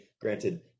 Granted